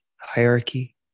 hierarchy